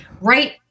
right